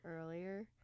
earlier